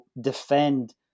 defend